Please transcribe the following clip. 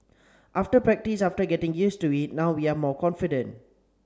after practice after getting used to it now we are more confident